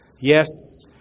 Yes